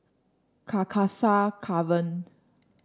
Carcasa Convent